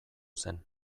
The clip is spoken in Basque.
zen